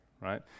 right